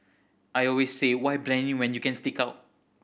I always say why blend in when you can stick out